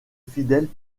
fidèles